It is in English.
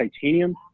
titanium